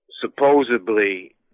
supposedly